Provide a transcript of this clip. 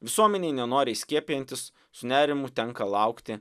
visuomenei nenoriai skiepijantis su nerimu tenka laukti